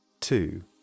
two